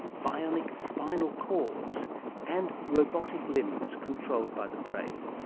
bionic spinal cords and robotic limbs controlled by the brain.